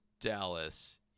Dallas